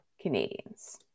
Canadians